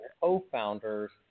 co-founders